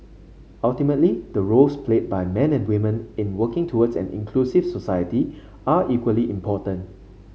ultimately the roles played by men and women in working toward an inclusive society are equally important